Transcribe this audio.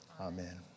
Amen